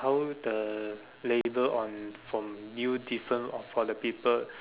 how the label on from you different or for the people